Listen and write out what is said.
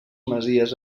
masies